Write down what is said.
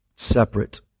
Separate